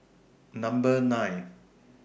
Number nine